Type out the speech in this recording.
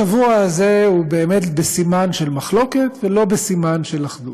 השבוע הזה הוא באמת בסימן של מחלוקת והוא לא בסימן של אחדות,